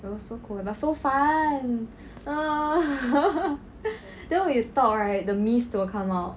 I was so cold but so fun (uh huh) then we talk right the mist will come out